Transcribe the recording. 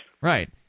Right